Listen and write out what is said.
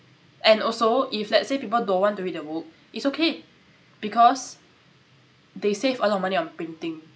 and also if let's say people don't want to read the book it's okay because they save a lot of money on printing